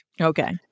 Okay